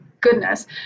goodness